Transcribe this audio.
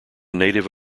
native